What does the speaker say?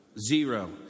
Zero